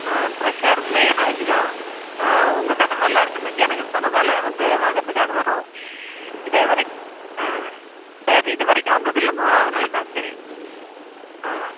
ஆ ஃப்ரெஷ்ஷாக இருக்கணும் ஏன்னா வச்சிக்கோ ஆ உங்கள் கடை நல்லா இருக்குன்னு ஜனங்க சொன்னதால் வந்து வாங்கறதுக்காக வரோம் இதை வரைக் ஆ சரி இது வரைக்கும் வந்ததில்லைம்மா அதனால் தான் சரி ஆ